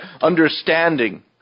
understanding